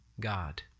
God